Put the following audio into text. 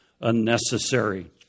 unnecessary